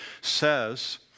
says